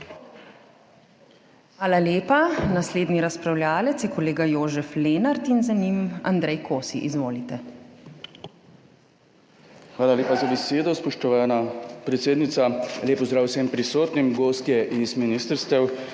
Hvala lepa. Naslednji razpravljavec je kolega Jožef Lenart in za njim Andrej Kosi. Izvolite. **JOŽEF LENART (PS SDS):** Hvala lepa za besedo, spoštovana predsednica. Lep pozdrav vsem prisotnim, gostom z ministrstev,